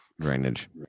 drainage